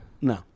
No